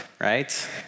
right